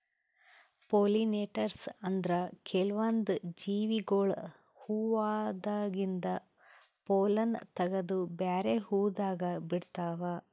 pollinators ಅಂದ್ರ ಕೆಲ್ವನ್ದ್ ಜೀವಿಗೊಳ್ ಹೂವಾದಾಗಿಂದ್ ಪೊಲ್ಲನ್ ತಗದು ಬ್ಯಾರೆ ಹೂವಾದಾಗ ಬಿಡ್ತಾವ್